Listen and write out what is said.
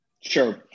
Sure